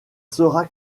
sera